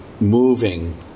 moving